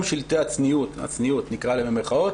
שלטי הצניעות נקרא להם שלטי צניעות במירכאות